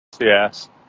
Yes